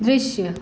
दृश्य